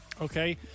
Okay